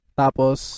tapos